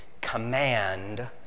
command